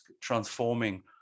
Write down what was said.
transforming